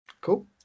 Cool